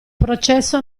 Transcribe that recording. processo